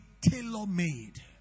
tailor-made